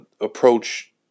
approach